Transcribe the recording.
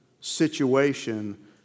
situation